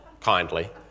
kindly